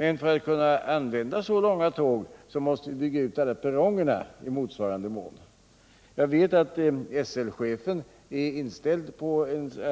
Men för att kunna använda så långa tåg måste vi bygga ut alla perronger i motsvarande mån. Jag vet att SL-chefen är inställd på